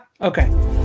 Okay